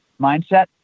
mindset